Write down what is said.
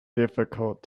difficult